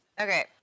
Okay